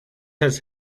has